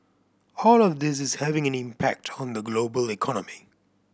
all of this is having an impact on the global economy